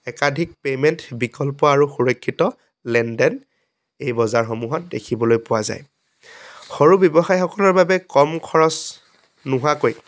একাধিক পেইমেণ্ট বিকল্প আৰু সুৰক্ষিত লেনদেন এই বজাৰসমূহত দেখিবলৈ পোৱা যায় সৰু ব্যৱসায়সকলৰ বাবে কম খৰচ নোহোৱাকৈ